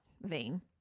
vein